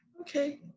okay